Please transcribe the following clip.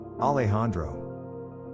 Alejandro